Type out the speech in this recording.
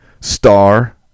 Star